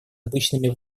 обычными